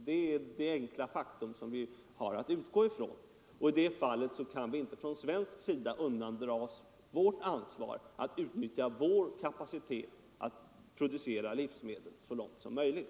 Det är det enkla faktum som vi har att utgå ifrån, och vi kan inte på svensk sida undandra oss vårt ansvar när det gäller att utnyttja vår kapacitet för att producera livsmedel så långt som möjligt.